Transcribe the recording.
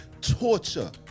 torture